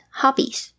hobbies